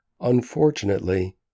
Unfortunately